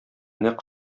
нәкъ